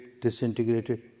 disintegrated